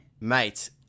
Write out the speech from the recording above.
Mate